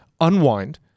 unwind